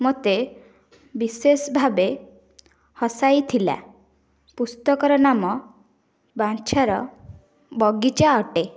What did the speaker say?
ମୋତେ ବିଶେଷ ଭାବେ ହସାଇ ଥିଲା ପୁସ୍ତକର ନାମ ବାଞ୍ଛାର ବଗିଚା ଅଟେ